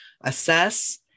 Assess